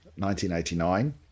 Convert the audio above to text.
1989